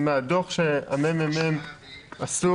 הדוח שעשה